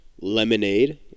Lemonade